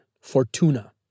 Fortuna